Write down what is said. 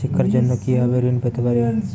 শিক্ষার জন্য কি ভাবে ঋণ পেতে পারি?